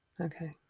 Okay